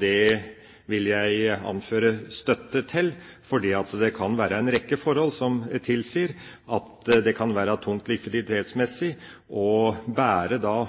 Det vil jeg anføre støtte til, fordi det kan være en rekke forhold som tilsier at det kan være tungt likviditetsmessig å bære